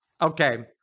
Okay